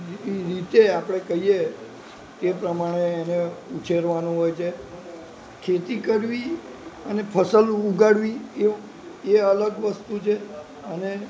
રીતે આપણે કહીએ તો તે પ્રમાણે એને ઉછેરવાનું હોય છે ખેતી કરવી અને ફસલ ઉગાડવી એ અલગ વસ્તુ છે અને